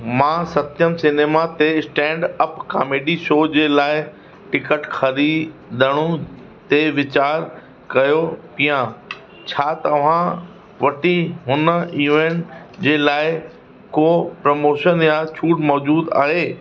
मां सत्यम सिनेमा ते stand up comedy show जे लाइ टिकट ख़रीदण ते वीचारु कयो पिया छा तव्हां वटि हुन इवेंट जे लाइ को प्रमोशन या छूट मौजूदु आहे